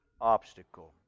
obstacle